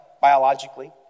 biologically